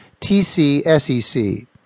TCSEC